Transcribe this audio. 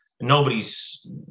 nobody's